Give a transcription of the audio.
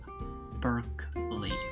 berkeley